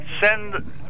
send